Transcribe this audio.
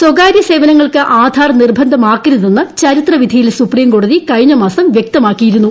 സ്വകാര്യ സേവനങ്ങൾക്ക് ആധാർ നിർബന്ധമാക്കരുതെന്ന് ചരിത്രവിധിയിൽ സുപ്രീംകോടതി കഴിഞ്ഞമാസം വൃക്തമാക്കിയിരുന്നു